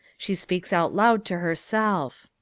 she speaks out loud to herself.